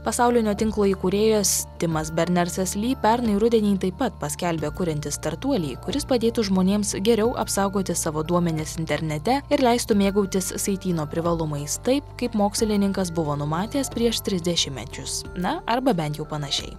pasaulinio tinklo įkūrėjas timas bernersas ly pernai rudenį taip pat paskelbė kuriantys startuolį kuris padėtų žmonėms geriau apsaugoti savo duomenis internete ir leistų mėgautis saityno privalumais taip kaip mokslininkas buvo numatęs prieš tris dešimtmečius na arba bent jau panašiai